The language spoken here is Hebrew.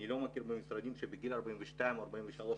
אני לא מכיר במשרדים שבגיל 42 או 43,